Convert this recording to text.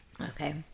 Okay